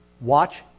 watch